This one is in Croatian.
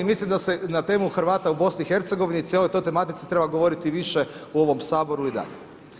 Mislim da se na temu Hrvata u BiH i cijeloj toj tematici treba govoriti više u ovom Saboru i dalje.